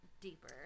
deeper